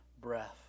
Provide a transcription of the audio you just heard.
breath